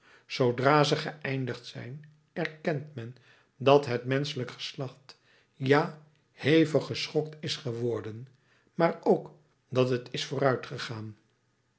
zoodra ze geëindigd zijn erkent men dat het menschelijk geslacht ja hevig geschokt is geworden maar ook dat het is vooruitgegaan